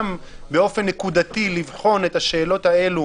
גם באופן נקודתי לבחון את השאלות האלה